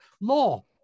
Law